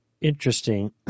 interesting